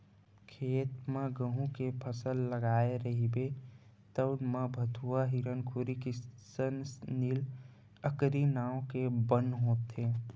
खेत म गहूँ के फसल लगाए रहिबे तउन म भथुवा, हिरनखुरी, किसननील, अकरी नांव के बन होथे